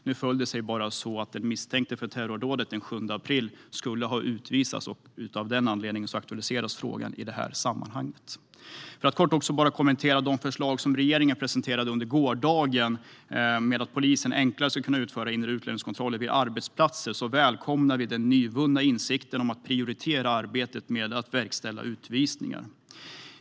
Nu föll det sig bara så att den misstänkte för terrordådet den 7 april skulle ha utvisats, och av den anledningen aktualiseras frågan i det här sammanhanget. För att kort kommentera de förslag som regeringen presenterade under gårdagen om att polisen enklare ska kunna utföra inre utlänningskontroller vid arbetsplatser så välkomnar vi den nyvunna insikten om att prioritera arbetet med att verkställa utvisningar.